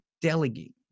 delegate